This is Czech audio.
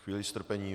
Chvíli strpení.